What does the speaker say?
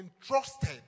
entrusted